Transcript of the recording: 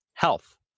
Health